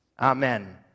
Amen